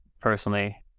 personally